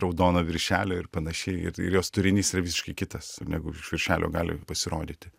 raudono viršelio ir panašiai ir jos turinys yra visiškai kitas negu iš viršelio gali pasirodyti